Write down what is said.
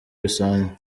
bisanzwe